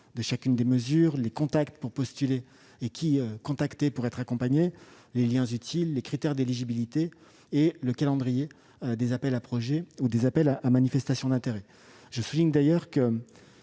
de chacune des mesures, les contacts pour postuler et être accompagné, les liens utiles, les critères d'éligibilité et le calendrier des appels à projets ou des appels à manifestation d'intérêt. Je souligne d'ailleurs que